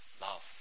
love